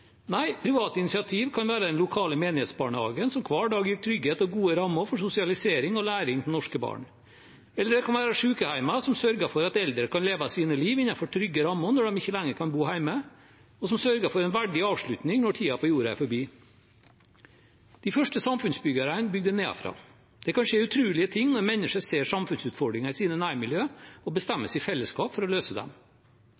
Nei, private initiativ kan være den lokale menighetsbarnehagen som hver dag gir trygghet og gode rammer for sosialisering og læring for norske barn. Eller det kan være sykehjem som sørger for at eldre kan leve sitt liv innenfor trygge rammer når de ikke lenger kan bo hjemme, og som sørger for en verdig avslutning når tiden på jorda er forbi. De første samfunnsbyggerne bygde nedenfra. Det kan skje utrolige ting når mennesker ser samfunnsutfordringer i sitt nærmiljø og